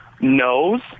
knows